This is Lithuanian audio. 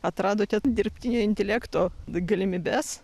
atradote dirbtinio intelekto galimybes